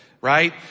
right